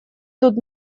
тут